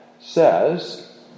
says